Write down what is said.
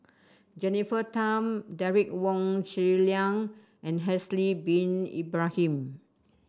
Jennifer Tham Derek Wong Zi Liang and Haslir Bin Ibrahim